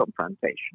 confrontation